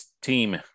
team